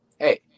hey